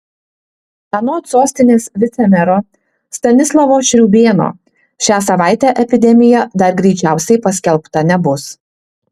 anot sostinės vicemero stanislovo šriūbėno šią savaitę epidemija dar greičiausiai paskelbta nebus